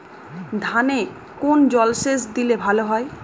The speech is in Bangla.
ধানে কোন জলসেচ দিলে ভাল হয়?